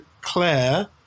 Claire